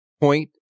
Point